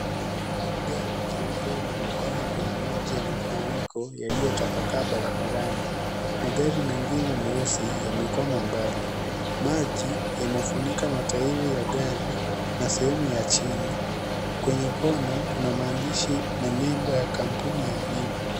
Gari jeupe limekwama kwenye maji ya mafuriko yaliyotapakaa barabarani, magari mengine meusi yamekwama mbali, maji yanafunika matairi ya gari na sehemu ya chini, kwenye kona kuna maandishi na nembo ya kampuni ya bima.